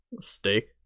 steak